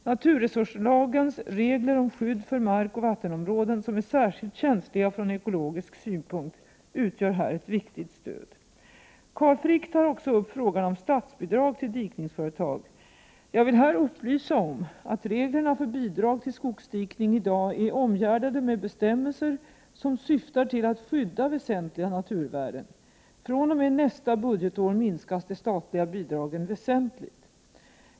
Naturresurslagens regler om skydd för markoch vattenområden som är särskilt känsliga från ekologisk synpunkt utgör här ett viktigt stöd. Carl Frick tar också upp frågan om statsbidrag till dikningsföretag. Jag vill här upplysa om att reglerna för bidrag till skogsdikning i dag är omgärdade med bestämmelser som syftar till att skydda väsentliga naturvärden. fr.o.m. nästa budgetår minskas de statliga bidragen väsentligt.